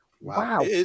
wow